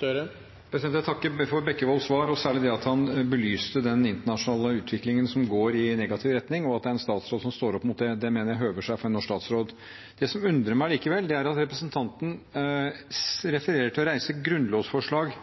Jeg takker for Bekkevolds svar, og særlig det at han belyste den internasjonale utviklingen, som går i negativ retning, og at det er en statsråd som står opp mot det. Det mener jeg høver seg for en norsk statsråd. Det som undrer meg likevel, er at representanten refererer til å reise grunnlovsforslag